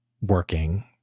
working